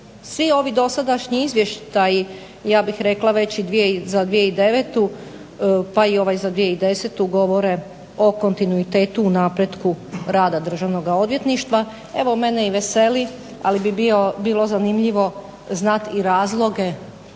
Svi ovi dosadašnji izvještaji ja bih rekla već i za 2009., pa i ovaj za 2010. govore o kontinuitetu, napretku rada Državnog odvjetništva. Evo mene i veseli, ali bi bilo zanimljivo znati i razloge